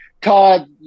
todd